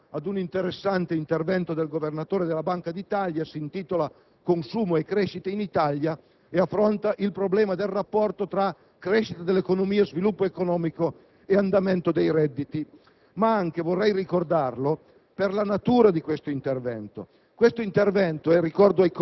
uno dei problemi maggiori dell'economia del nostro Paese - vi invito a dare un'occhiata ad un interessante intervento del Governatore della Banca d'Italia, dal titolo «Consumo e crescita in Italia», in cui si affronta il problema del rapporto tra crescita dell'economia, sviluppo economico ed andamento dei redditi